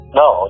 no